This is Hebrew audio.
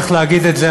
צריך להגיד את זה,